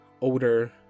older